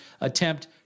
attempt